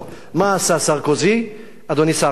מה עשה סרקוזי, אדוני שר החוץ?